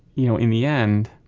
you know, in the end,